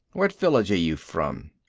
what village are you from?